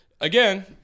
again